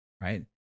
right